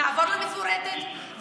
נעבור למפורטת,